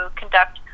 conduct